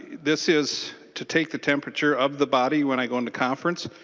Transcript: this is to take the temperature of the body when i go into conference.